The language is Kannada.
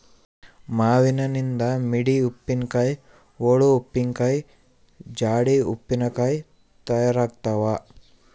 ಮಾವಿನನಿಂದ ಮಿಡಿ ಉಪ್ಪಿನಕಾಯಿ, ಓಳು ಉಪ್ಪಿನಕಾಯಿ, ಜಾಡಿ ಉಪ್ಪಿನಕಾಯಿ ತಯಾರಾಗ್ತಾವ